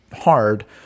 hard